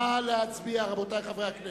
נא להצביע, חברי הכנסת.